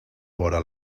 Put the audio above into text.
vora